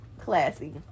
Classy